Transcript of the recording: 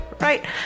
right